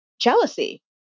jealousy